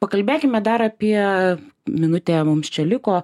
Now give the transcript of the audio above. pakalbėkime dar apie minutė mums čia liko